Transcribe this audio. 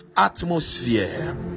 atmosphere